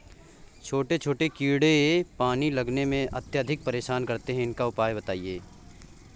छोटे छोटे कीड़े पानी लगाने में अत्याधिक परेशान करते हैं इनका उपाय बताएं?